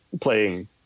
playing